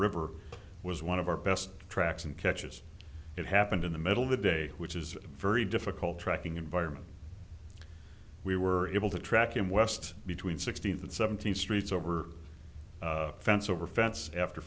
river was one of our best tracks and catches it happened in the middle of the day which is a very difficult tracking environment we were able to track in west between sixteenth and seventeenth streets over the fence over fence after